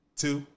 two